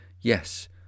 Yes